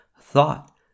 thought